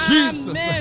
Jesus